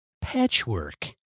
Patchwork